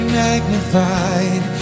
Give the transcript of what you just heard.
magnified